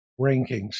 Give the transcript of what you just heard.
rankings